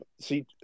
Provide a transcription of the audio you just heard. see